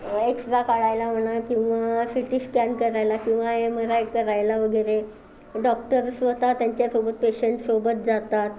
x ray काढायला लावणं किंवा सी टी स्कॅन करायला किंवा एमाराय करायला वगैरे डॉक्टर स्वतः त्यांच्यासोबत पेशंटसोबत जातात